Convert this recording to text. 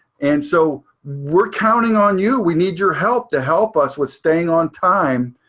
and so we're counting on you, we need your help to help us with staying on time.